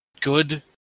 good